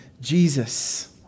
Jesus